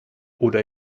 oder